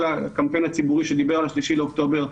הקמפיין הציבורי שדיבר על ה-3 באוקטובר,